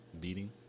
beating